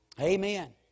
Amen